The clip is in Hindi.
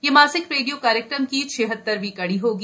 यह मासिक रेडियो कार्यक्रम की छिहत्तरवीं कडी होगी